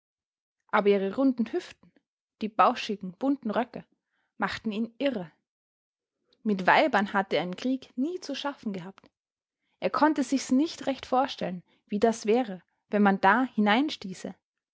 aber ihre runden hüften die bauschigen bunten röcke machten ihn irre mit weibern hatte er im krieg nie zu schaffen gehabt er konnte sich's nicht recht vorstellen wie das wäre wenn man da